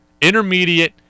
intermediate